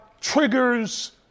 triggers